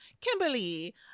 Kimberly